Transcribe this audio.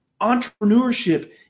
Entrepreneurship